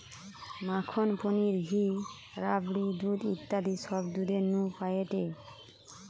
মাখন, পনির, ঘি, রাবড়ি, দুধ ইত্যাদি সব দুধের নু পায়েটে